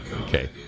Okay